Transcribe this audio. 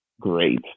great